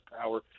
power